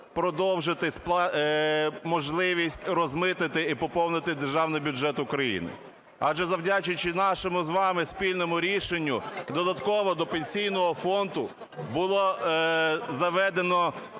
продовжити можливість розмитнити і поповнити державний бюджет України. Адже, завдячуючи нашому з вами спільному рішенню, додатково до Пенсійного фонду було заведено